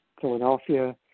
Philadelphia